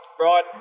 right